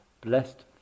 blessed